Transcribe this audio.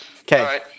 Okay